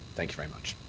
thank you very much.